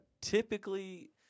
Typically